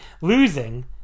losing